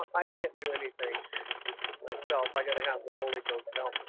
i can't do anything myself. i gotta have the holy ghost